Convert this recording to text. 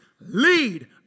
lead